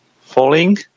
falling